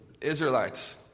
Israelites